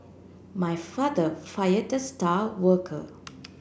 my father fire the star worker